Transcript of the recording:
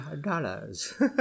dollars